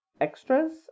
extras